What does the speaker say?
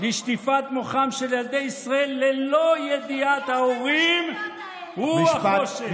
לשטיפת מוחם של ילדי ישראל ללא ידיעת ההורים הוא החושך.